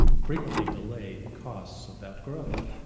frequently delayed costs of that growth.